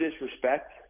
disrespect